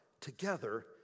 together